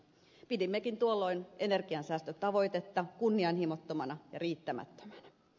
pidimmekin tuolloin energiansäästötavoitetta kunnianhimottomana ja riittämättömänä